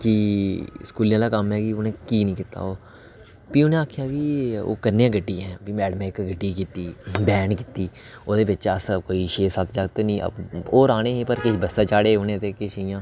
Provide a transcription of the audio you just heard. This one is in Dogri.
कि स्कूले दा कम्म ऐ कि उ'नें की नेईं कीता ओह् फ्ही उ'नें आखेआ कि ओह् करने हा गड्डी ऐहें फ्ही मैडमें इक नै गड्डी कीती वैन कीती ओह्दे बिच अस कोई छे सत्त जागत निक्के अपने होर औने हे फ्ही किश बस्सा चाढ़े किश इ'यां